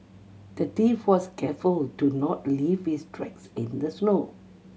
the thief was careful to not leave his tracks in the snow